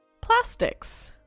plastics